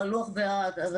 או הלוח והטוש.